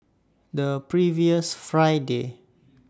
The previous Friday